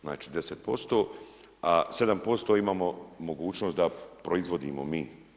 Znači 10%, a 7% imamo mogućnost da proizvodimo mi.